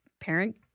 parent